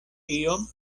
iom